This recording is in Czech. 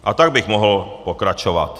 A tak bych mohl pokračovat.